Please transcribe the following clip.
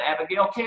Abigail